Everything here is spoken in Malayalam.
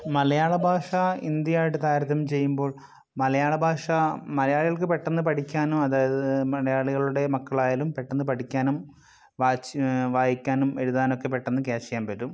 മലയാള ഭാഷ ഹിന്ദിയുമായിട്ട് താരതമ്യം ചെയ്യുമ്പോൾ മലയാള ഭാഷ മലയാളികൾക്ക് പെട്ടെന്ന് പഠിക്കാനും അതായത് മലയാളികളുടെ മക്കളായാലും പെട്ടെന്ന് പഠിക്കാനും വായിച്ച് വായിക്കാനും എഴുതാനുമൊക്കെ പെട്ടെന്ന് ക്യാച്ച് ചെയ്യാൻ പറ്റും